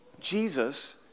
Jesus